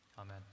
Amen